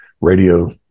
Radio